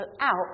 out